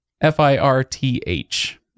F-I-R-T-H